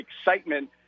excitement